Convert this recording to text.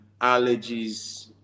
allergies